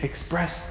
express